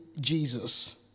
Jesus